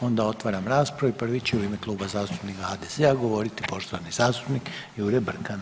Onda otvaram raspravu i prvi će u ime Kluba zastupnika HDZ-a govoriti poštovani zastupnik Jure Brkan.